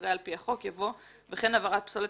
אחרי "על פי החוק" יבוא "וכן הבערת פסולת